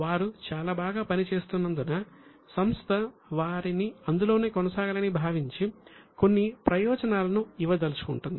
వారు చాలా బాగా పని చేస్తున్నందున సంస్థ వారిని అందులోనే కొనసాగాలని భావించి కొన్ని ప్రయోజనాలను ఇవ్వదలచుకుంటుంది